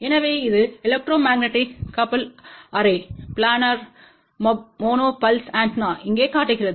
எனவே இது electromagnetic coupled array planar monopulse ஆண்டெனாவை இங்கே காட்டுகிறது